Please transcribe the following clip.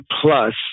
plus